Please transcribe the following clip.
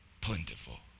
plentiful